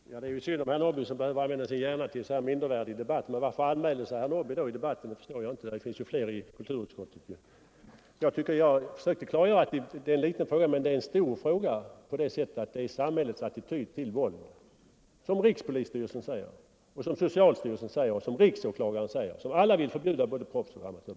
Herr talman! Det är ju synd om herr Norrby, som behöver använda sin hjärna för en sådan här mindervärdig debatt. Men jag förstår i så fall inte varför herr Norrby anmälde sig till debatten. Det finns ju flera ledamöter än han i kulturutskottet. Jag försökte tidigare klargöra att denna fråga visserligen på sitt sätt är liten men ändå är betydelsefull därigenom att den har samband med samhällets attityd till våld. Detta framhålls av rikspolisstyrelsen, av socialstyrelsen och av riksåklagaren. Alla dessa instanser vill också förbjuda både proffsoch amatörboxningen.